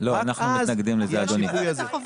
רק אז יהיה השיפוי הזה.